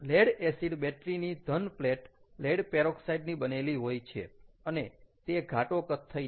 lead acid battery ની ધન plate lead peroxide ની બનેલી હોય છે અને તે ઘાટો કથ્થઈ છે